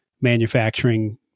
manufacturing